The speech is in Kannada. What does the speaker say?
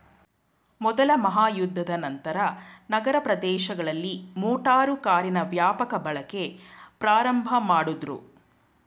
ಮೊದ್ಲ ಮಹಾಯುದ್ಧದ ನಂತ್ರ ನಗರ ಪ್ರದೇಶಗಳಲ್ಲಿ ಮೋಟಾರು ಕಾರಿನ ವ್ಯಾಪಕ ಬಳಕೆ ಪ್ರಾರಂಭಮಾಡುದ್ರು